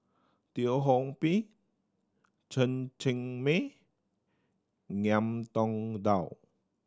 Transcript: Teo Ho Pin Chen Cheng Mei Ngiam Tong Dow